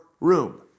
room